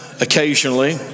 occasionally